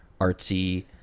artsy